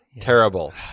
Terrible